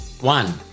One